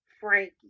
Frankie